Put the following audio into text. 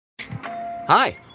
Hi